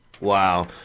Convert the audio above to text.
Wow